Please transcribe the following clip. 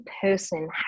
person